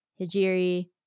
Hijiri